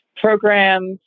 programs